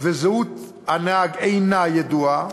וזהות הנהג אינה ידועה,